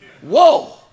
Whoa